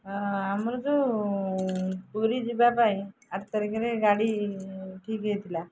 ଆମର ଯେଉଁ ପୁରୀ ଯିବା ପାଇଁ ଆଠ ତାରିଖରେ ଗାଡ଼ି ଠିକ୍ ହୋଇଥିଲା